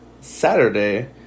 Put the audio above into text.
Saturday